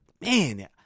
man